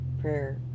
prayer